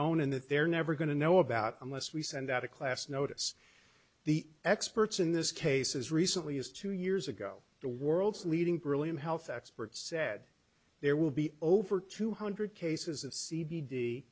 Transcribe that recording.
own and that they're never going to know about unless we send out a class notice the experts in this case as recently as two years ago the world's leading brilliant health experts said there will be over two hundred cases of c